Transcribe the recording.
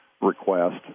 request